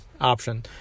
option